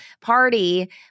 party